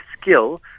skill